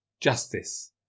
Justice